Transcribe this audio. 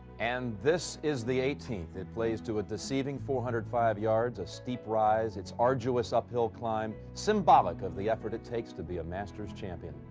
and this is the eighteenth. it plays to a deceiving four hundred five yards. a steep rise. it's arduous uphill climb, symbolic of the effort it takes to be a masters champion.